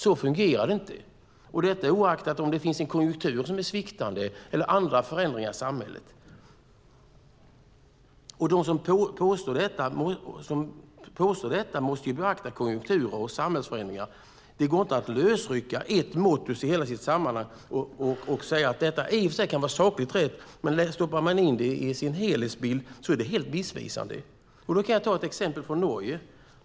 Så fungerar det inte, och det oavsett om det finns en konjunktur som är sviktande eller andra förändringar i samhället. De som påstår detta måste beakta konjunkturer och samhällsförändringar. Det går inte att rycka loss ett mått ur sitt sammanhang och säga att så här är det. I och för sig kan det vara sakligt rätt, men om man stoppar in det i sin helhetsbild är det helt missvisande. Jag kan ta ett exempel från Norge.